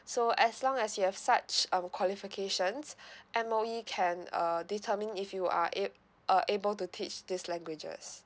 so as long as you have such um qualifications M_O_E can uh determine if you are a~ uh able to teach these languages